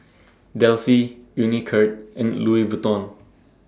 Delsey Unicurd and Louis Vuitton